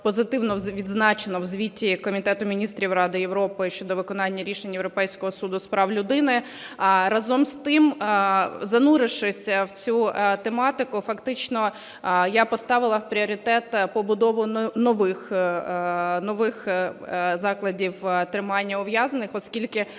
позитивно відзначено в звіті Комітету Міністрів Ради Європи щодо виконання рішень Європейського суду з прав людини. Разом з тим, занурившись у цю тематику, фактично я поставила в пріоритет побудову нових закладів тримання ув'язнених. Оскільки